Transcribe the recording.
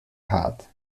hart